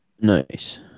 Nice